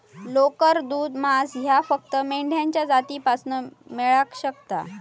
लोकर, दूध, मांस ह्या फक्त मेंढ्यांच्या जातीपासना मेळाक शकता